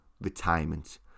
retirement